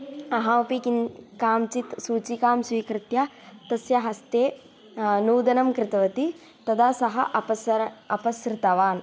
अहमपि किं काञ्चित् सूचिकां स्वीकृत्य तस्य हस्ते नूदनं कृतवती तदा सः अपसर अपसृतवान्